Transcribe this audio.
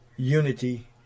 unity